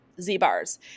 z-bars